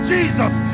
Jesus